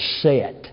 set